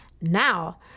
now